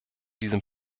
diesem